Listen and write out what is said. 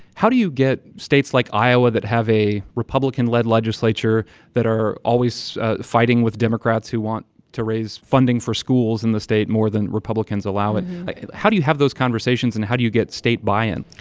how do you get states like iowa that have a republican-led legislature that are always fighting with democrats who want to raise funding for schools in the state more than republicans allow it like how do you have those conversations, and how do you get state buy-in?